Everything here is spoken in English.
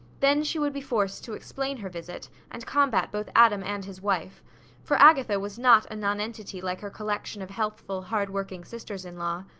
then she would be forced to explain her visit and combat both adam and his wife for agatha was not a nonentity like her collection of healthful, hard-working sisters-in-law.